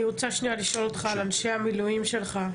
אני רוצה שנייה לשאול אותך על אנשי המילואים שלך.